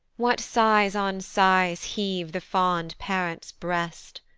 what sighs on sighs heave the fond parent's breast?